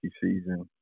season